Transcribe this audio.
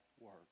work